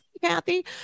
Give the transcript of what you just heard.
Kathy